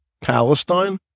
Palestine